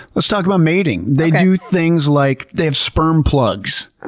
let's talk about mating. they do things like, they have sperm plugs.